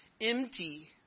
empty